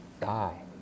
die